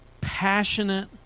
passionate